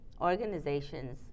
organizations